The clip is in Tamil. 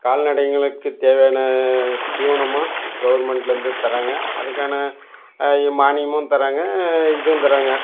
கால்நடைங்களுக்குத் தேவையான தீவனமும் கவர்மெண்டில் இருந்து தர்றாங்க அதுக்கான மானியமும் தர்றாங்க இதுவும் தர்றாங்க